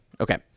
Okay